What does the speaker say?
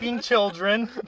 children